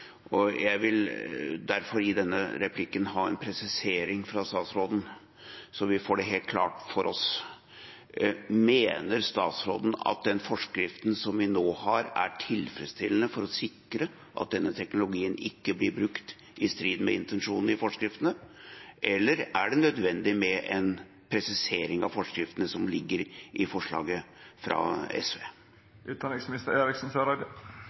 til. Jeg vil derfor i denne replikken be om en presisering fra utenriksministeren, så vi får det helt klart for oss: Mener utenriksministeren at den forskriften som vi nå har, er tilfredsstillende for å sikre at denne teknologien ikke blir brukt i strid med intensjonene i forskriftene? Eller er det nødvendig med en presisering av forskriftene, som ligger i forslaget fra